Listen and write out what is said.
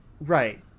Right